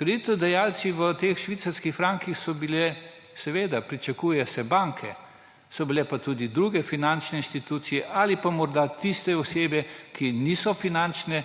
Kreditodajalci v švicarskih frankih so bile – seveda, pričakuje se – banke, so bile pa tudi druge finančne institucije ali pa morda tiste osebe, ki niso finančne,